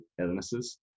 illnesses